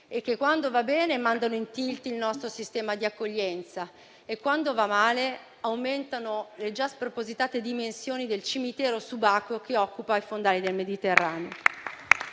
che, quando va bene, mandano in *tilt* il nostro sistema di accoglienza, e, quando va male, aumentano le già spropositate dimensioni del cimitero subacqueo che occupa i fondali del Mediterraneo.